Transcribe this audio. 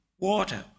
water